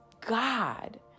God